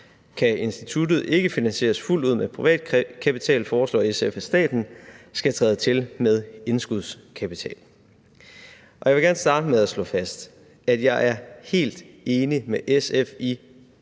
Kan instituttet ikke finansiere fuldt ud med privat kapital, foreslår SF, at staten skal træde til med indskudskapital. Jeg vil gerne starte med at slå fast, at jeg er helt enig med SF i